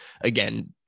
again